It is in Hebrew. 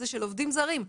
זה של עובדים זרים,